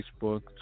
Facebook